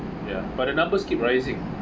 ya but the numbers keep rising